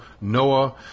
Noah